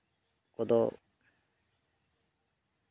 ᱠᱚᱫᱚ